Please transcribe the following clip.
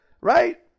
right